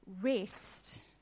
rest